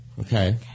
Okay